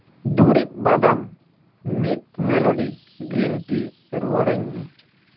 ᱫᱩᱨᱤᱵ ᱵᱟᱫᱟᱢ mint melody green tea ᱨᱩᱣᱟᱹᱲᱟᱹᱧ ᱢᱮ